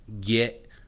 get